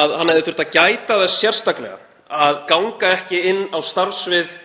að hann hefði þurft að gæta þess sérstaklega að ganga ekki inn á starfssvið